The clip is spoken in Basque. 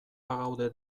bagaude